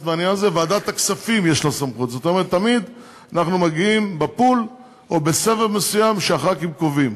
זאת אומרת, אנחנו צריכים לעשות שינוי גדול.